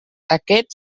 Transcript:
aquest